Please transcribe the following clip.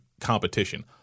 competition